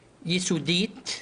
יסודית.